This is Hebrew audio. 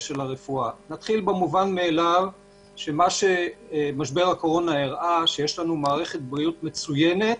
נתחיל במובן מאליו שמשבר הקורונה הראה שיש לנו מערכת בריאות מצוינת,